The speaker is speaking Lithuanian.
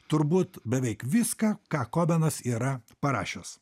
turbūt beveik viską ką kobenas yra parašęs